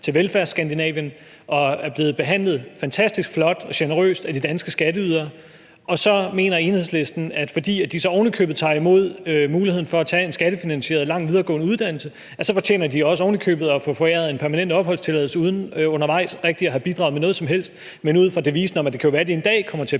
til Velfærdsskandinavien, og som er blevet behandlet fantastisk flot og generøst af de danske skatteydere. Og så mener Enhedslisten, at de, fordi de så ovenikøbet tager imod muligheden for at tage en skattefinansieret lang videregående uddannelse, så ovenikøbet også fortjener at få foræret en permanent opholdstilladelse uden rigtig undervejs at have bidraget med noget som helst, og det er ud fra devisen om, at det jo kan være, at de en dag kommer til at